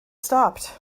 stopped